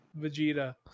Vegeta